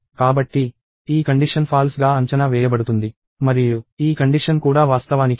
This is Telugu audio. కాబట్టి ఈ కండిషన్ ఫాల్స్ గా అంచనా వేయబడుతుంది మరియు ఈ కండిషన్ కూడా వాస్తవానికి నిజం